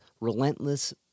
relentless